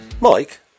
Mike